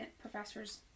professors